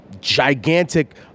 gigantic